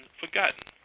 forgotten